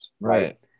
Right